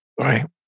Right